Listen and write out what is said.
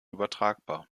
übertragbar